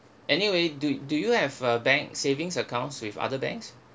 anyway do do you have a bank savings accounts with other banks